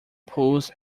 pools